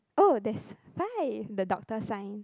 oh that's fine the doctor sign